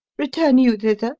return you thither?